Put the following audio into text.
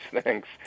thanks